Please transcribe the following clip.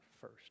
first